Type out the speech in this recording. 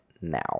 now